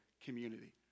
community